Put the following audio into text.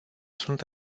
sunt